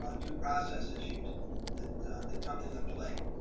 ah due process issues that that come into play.